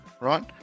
Right